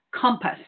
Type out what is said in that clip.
compass